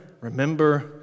Remember